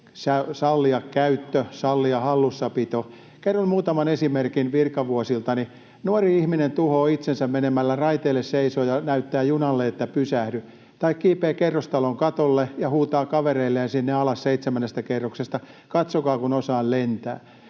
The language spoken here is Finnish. sallia käyttö, sallia hallussapito. Kerron muutaman esimerkin virkavuosiltani: Nuori ihminen tuhoaa itsensä menemällä raiteille seisomaan ja näyttää junalle, että pysähdy, tai kiipeää kerrostalon katolle ja huutaa kavereilleen alas seitsemännestä kerroksesta: katsokaa, kun osaan lentää.